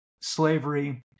slavery